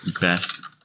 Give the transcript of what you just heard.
best